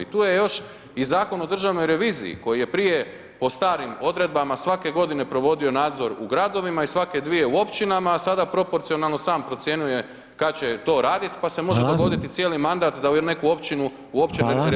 Tu je još i Zakon o državnoj reviziji, koji je prije po starim odredbama, svake godine provodio nadzor u gradovima i svake dvije u općinama, a sada proporcionalno sam procjenjuje kada će to raditi pa se može dogoditi cijeli mandat, da u neku općinu uopće revizija ne dođe.